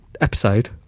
episode